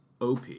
OP